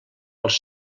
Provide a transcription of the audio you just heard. els